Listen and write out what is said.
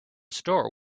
store